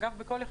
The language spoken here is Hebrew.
את הכל מימנו